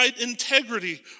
integrity